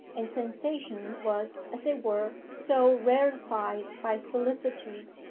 and sensation was as it were so rarefied by solicitude,